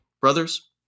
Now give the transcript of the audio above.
Brothers